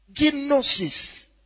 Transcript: gnosis